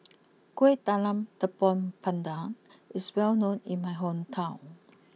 Kueh Talam Tepong Pandan is well known in my hometown